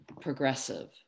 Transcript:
progressive